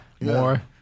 more